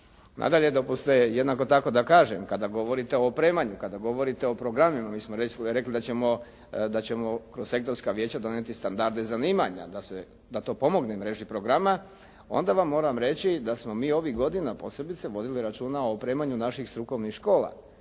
dopustite jednako tako da kažem kada govorite o opremanju, kada govorite o programima mi smo rekli da ćemo kroz sektorska vijeća donijeti standarde zanimanja da to pomogne mreži programa, onda vam moram reći da smo mi ovih godina posebice vodili računa o opremanju naših strukovnih škola